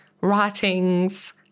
writings